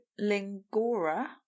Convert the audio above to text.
Lingora